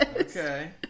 Okay